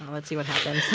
let's see what happens